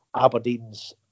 Aberdeen's